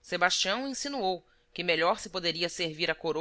sebastião insinuou que melhor se poderia servir à coroa